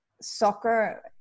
soccer